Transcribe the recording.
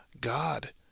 god